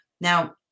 Now